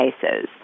cases